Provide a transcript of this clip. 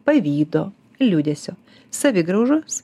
pavydo liūdesio savigraužos